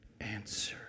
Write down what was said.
answer